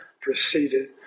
proceeded